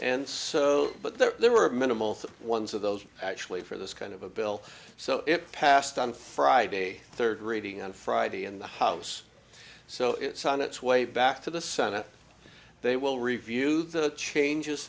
and so but there were minimal thought ones of those actually for this kind of a bill so it passed on friday third reading on friday in the house so it's on its way back to the senate they will review the changes